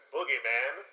Boogeyman